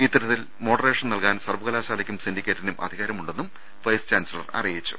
ഇത്തരത്തിൽ മോഡറേഷൻ നൽകാൻ സർവകലാ ശാലക്കും സിൻഡിക്കേറ്റിനും അധികാരമുണ്ടെന്നും വൈസ് ചാൻസലർ അറി യിച്ചു